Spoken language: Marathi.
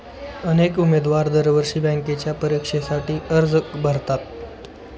अनेक उमेदवार दरवर्षी बँकेच्या परीक्षेसाठी अर्ज भरतात